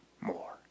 more